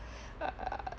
err